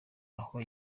aho